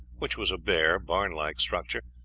which was a bare, barn-like structure,